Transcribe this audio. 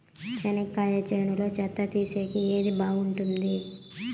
చెనక్కాయ చేనులో చెత్త తీసేకి ఏది బాగుంటుంది?